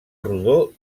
rodó